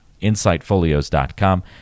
insightfolios.com